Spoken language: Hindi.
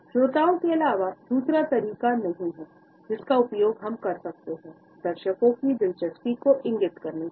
श्रोताओं के अलावा दूसरा तरीका नहीं है जिसका उपयोग हम कर सकते हैं दर्शकों की दिलचस्पी को इंगित करने के लिए